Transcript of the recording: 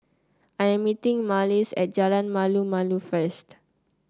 I am meeting Marlys at Jalan Malu Malu first